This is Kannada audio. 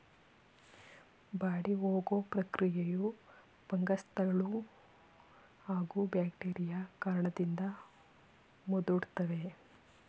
ಬಾಡಿಹೋಗೊ ಪ್ರಕ್ರಿಯೆಯು ಫಂಗಸ್ಗಳೂ ಹಾಗೂ ಬ್ಯಾಕ್ಟೀರಿಯಾ ಕಾರಣದಿಂದ ಮುದುಡ್ತವೆ